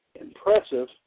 impressive –